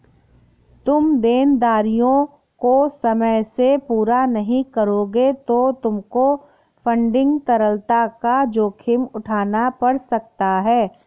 तुम देनदारियों को समय से पूरा नहीं करोगे तो तुमको फंडिंग तरलता का जोखिम उठाना पड़ सकता है